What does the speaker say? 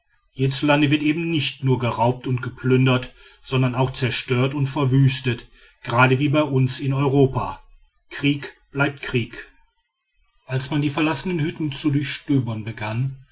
hierzuland wird eben nicht nur geraubt und geplündert sondern auch zerstört und verwüstet gerade wie bei uns in europa krieg bleibt krieg als man die verlassenen hütten zu duchstöbern begann